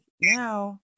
now